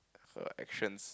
her actions